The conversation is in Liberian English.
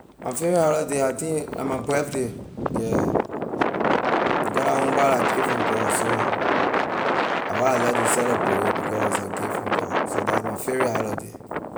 My favorite holiday I think la my birthday yeah because la one pah la gift from god so la why I like to celebrate a because is a gift from god so that’s my favorite holiday day.